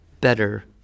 better